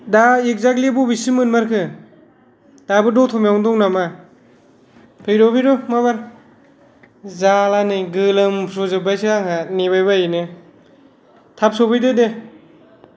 दा एगजाग्लि बबेसिम मोनमारखो दाबो दतमायावनो दं नामा फैद' फैद' माबार जला नै गोलोमफ्रुजोबबायसो आङो नेबायबायैनो थाब सफैदोदे